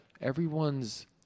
everyone's